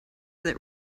that